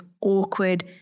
awkward